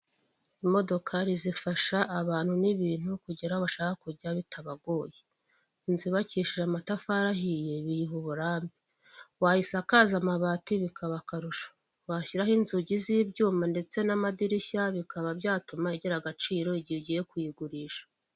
Imodokari rizifasha abantu n'ibintu kugera bashaka kujya bitabagoye, inzu yubakishije amatafarihiye biyiha uburambe wayisakaza amabati bikaba akarusho, washyiraho inzugi z'ibyuma ndetse n'amadirishya bikaba byatuma igira agaciro igihe ugiye kuyigurisha.